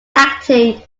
acting